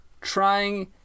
trying